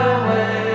away